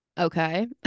Okay